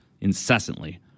incessantly